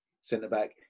centre-back